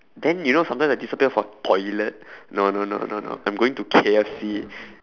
then you know sometimes I disappear for toilet no no no no no I'm going to K_F_C